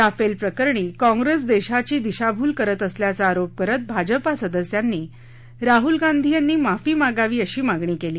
Rafale प्रकरणी काँग्रेस देशीची दिशाभूल करत असल्याचा आरोप करत भाजपा सदस्यांनी राहुल गांधी यांनी माफी मागावी अशी मागणी केली